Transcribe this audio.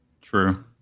True